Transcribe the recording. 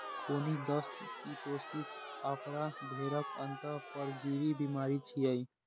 खूनी दस्त, कीटोसिस, आफरा भेड़क अंतः परजीवी बीमारी छियै